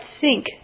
sink